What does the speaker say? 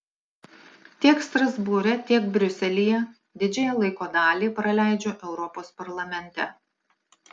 tiek strasbūre tiek briuselyje didžiąją laiko dalį praleidžiu europos parlamente